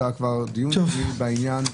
אתה כבר דיון אחרי דיון בעניין.